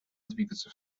двигаться